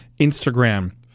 Instagram